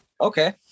okay